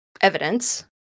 evidence